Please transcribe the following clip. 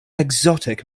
exotic